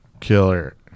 Killer